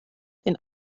den